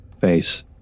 face